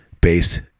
based